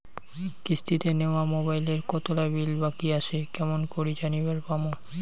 কিস্তিতে নেওয়া মোবাইলের কতোলা বিল বাকি আসে কেমন করি জানিবার পামু?